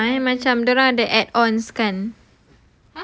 a'ah ya macam dia orang ada add-ons kan